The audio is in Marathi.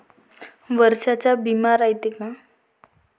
वर्षाचा बिमा रायते का?